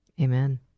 Amen